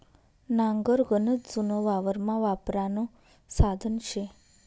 नांगर गनच जुनं वावरमा वापरानं साधन शे